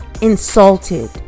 insulted